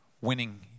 winning